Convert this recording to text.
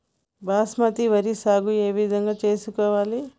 బాస్మతి వరి సాగు ఏ విధంగా చేసుకోవాలి?